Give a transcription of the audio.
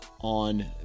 on